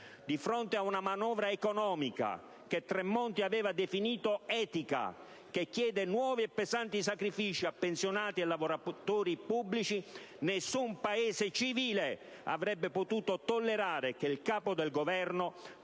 Di fronte ad una manovra economica che Tremonti aveva definito etica, ma che chiede nuovi e pesanti sacrifici a pensionati e lavoratori pubblici, nessun Paese civile avrebbe potuto tollerare che il Capo del Governo,